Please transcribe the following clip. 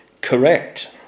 Correct